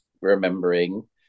remembering